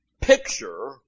picture